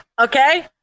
okay